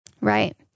Right